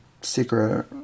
secret